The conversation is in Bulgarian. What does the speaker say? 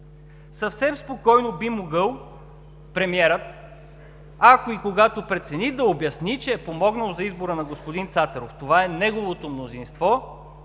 Съвсем спокойно премиерът би могъл – ако и когато прецени, да обясни, че е помогнал за избора на господин Цацаров. Това е неговото мнозинство.